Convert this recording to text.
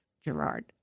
Gerard